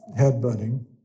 headbutting